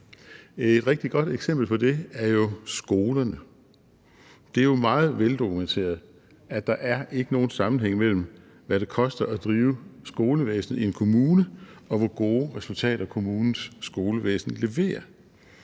Et rigtig godt eksempel på det er jo skolerne. Det er jo meget veldokumenteret, at der ikke er nogen sammenhæng mellem, hvad det koster at drive skolevæsen i en kommune, og hvor gode resultater kommunens skolevæsen leverer.